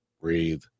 breathe